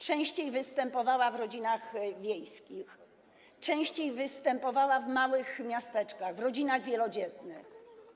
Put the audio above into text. Częściej występowała w rodzinach wiejskich, częściej występowała w małych miasteczkach, w rodzinach wielodzietnych.